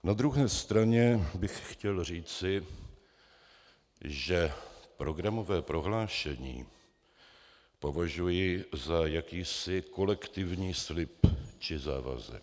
Na druhé straně bych chtěl říci, že programové prohlášení považuji za jakýsi kolektivní slib či závazek.